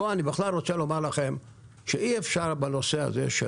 בכלל אני רוצה לומר לכם שאי אפשר בנושא הזה של